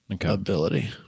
ability